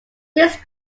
this